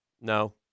No